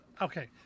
okay